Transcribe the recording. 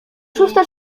szósta